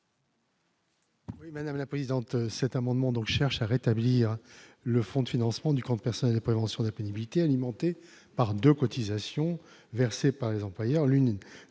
auteurs de cet amendement cherchent à rétablir le fonds de financement du compte personnel de prévention de la pénibilité, alimenté par deux cotisations versées par les employeurs.